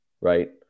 right